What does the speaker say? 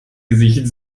gesicht